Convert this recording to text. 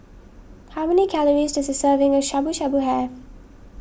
how many calories does a serving of Shabu Shabu have